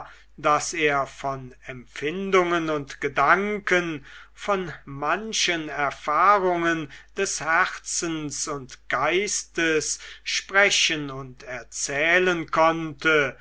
daß er von empfindungen und gedanken von manchen erfahrungen des herzens und geistes sprechen und erzählen konnte